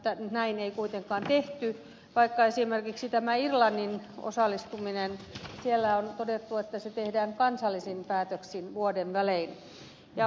nythän näin ei kuitenkaan tehty vaikka esimerkiksi tästä irlannin osallistumisesta siellä on todettu että se tehdään kansallisin päätöksin vuoden välein